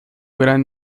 gran